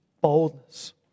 boldness